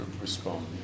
respond